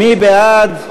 מי בעד?